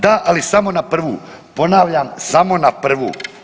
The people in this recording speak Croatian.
Da, ali samo na prvu, ponavljam samo na prvu.